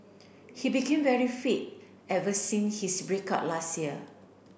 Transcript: he became very fit ever since his break up last year